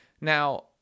Now